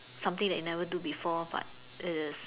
something that you never do before but is